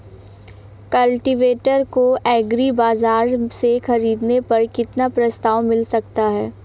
Cultivator को agri बाजार से ख़रीदने पर कितना प्रस्ताव मिल सकता है?